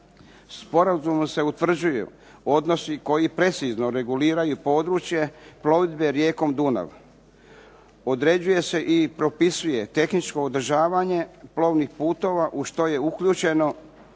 Sporazumom se utvrđuju odnosi koji precizno reguliraju područje plovidbe rijekom Dunav. Određuje se i propisuje tehničko održavanje plovnih putova u što je uključeno